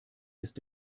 ist